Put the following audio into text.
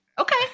Okay